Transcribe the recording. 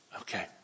Okay